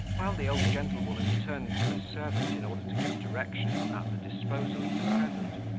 while the old gentlewoman turned to a servant in order to give directions about the disposal of the present,